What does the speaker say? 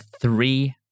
three